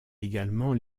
également